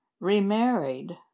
remarried